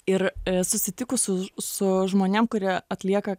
ir susitikus su su žmonėm kurie atlieka